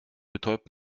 betäubt